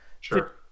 Sure